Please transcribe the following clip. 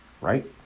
right